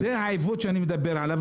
זה העיוות שאני מדבר עליו,